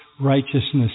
righteousness